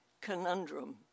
conundrum